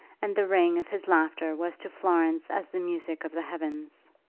and the ring of his laughter was to florence as the music of the heavens.